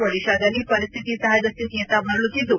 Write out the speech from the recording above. ಒಡಿಶಾದಲ್ಲಿ ಪರಿಸ್ಥಿತಿ ಸಹಜಸ್ಥಿತಿಯತ್ತ ಮರಳುತ್ತಿದ್ದು